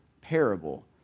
parable